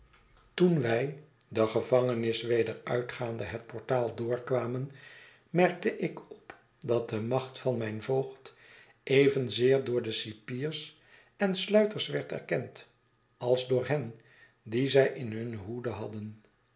toen wij de gevangenis weder uitgaande het portaal doorkwamen merkte ik op dat de macht van mijn voogd evenzeer door de cipiers en sluiters werd erkend als door hen die zj in hunne hoede hadden